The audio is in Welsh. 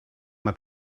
mae